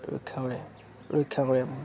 ৰক্ষা কৰে ৰক্ষা কৰে